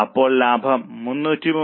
അപ്പോൾ ലാഭം 335